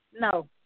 no